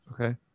okay